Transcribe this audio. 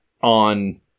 on